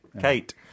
Kate